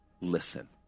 Listen